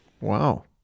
wow